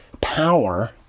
power